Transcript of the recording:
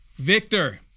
Victor